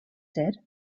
said